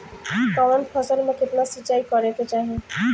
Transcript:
कवन फसल में केतना सिंचाई करेके चाही?